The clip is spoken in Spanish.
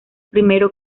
primero